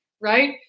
Right